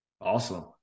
Awesome